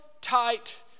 tight